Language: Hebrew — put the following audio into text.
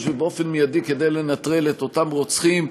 ובאופן מיידי כדי לנטרל את אותם רוצחים.